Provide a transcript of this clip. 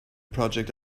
project